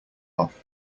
off